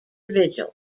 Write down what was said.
vigil